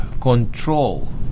control